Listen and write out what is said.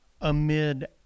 Amid